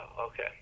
okay